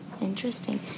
Interesting